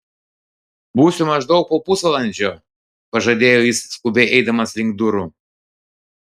būsiu maždaug po pusvalandžio pažadėjo jis skubiai eidamas link durų